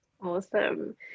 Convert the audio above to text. awesome